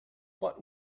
but